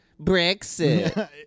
Brexit